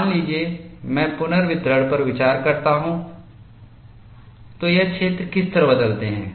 मान लीजिए मैं पुनर्वितरण पर विचार करता हूं तो ये क्षेत्र किस तरह बदलते हैं